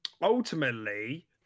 ultimately